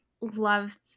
love